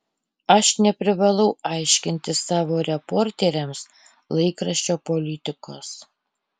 aš neprivalau aiškinti savo reporteriams laikraščio politikos